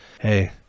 hey